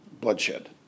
bloodshed